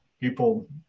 People